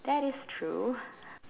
that is true